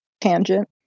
tangent